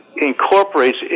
incorporates